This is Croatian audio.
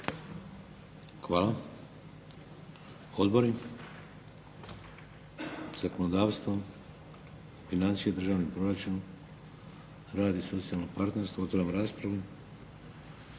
Hvala. Odbori? Zakonodavstvo? Financije i državni proračun? Rad i socijalno partnerstvo? Otvaram raspravu.